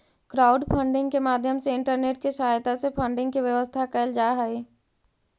crowdfunding के माध्यम से इंटरनेट के सहायता से फंडिंग के व्यवस्था कैल जा हई